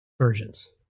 versions